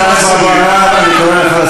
מי לא מעוניין?